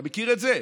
אתה מכיר את זה?